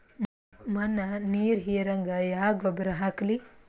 ಮಣ್ಣ ನೀರ ಹೀರಂಗ ಯಾ ಗೊಬ್ಬರ ಹಾಕ್ಲಿ?